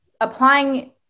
applying